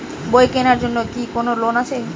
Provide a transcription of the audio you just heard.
বই কেনার জন্য কি কোন লোন আছে?